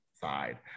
side